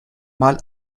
mal